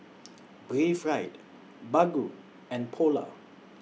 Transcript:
Breathe Right Baggu and Polar